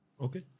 Okay